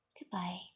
goodbye